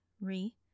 re